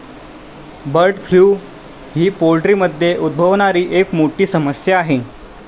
bird flu ही पोल्ट्रीमध्ये उद्भवणारी एक मोठी समस्या आहे